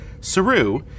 Saru